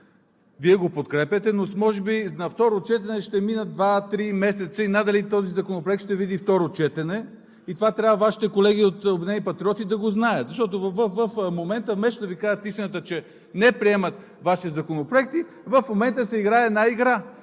Вие го подкрепяте, но може би на второ четене ще минат два, три месеца и надали този законопроект ще види второ четене и това трябва Вашите колеги от „Обединени патриоти“ да го знаят. Защото вместо да Ви кажат истината, че не приемат Вашите законопроекти, в момента се играе една игра.